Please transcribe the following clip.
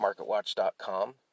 MarketWatch.com